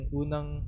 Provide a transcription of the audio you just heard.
unang